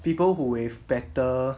people who is better